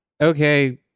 Okay